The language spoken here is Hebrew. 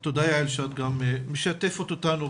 תודה, יעל, שאת גם משתפת אותנו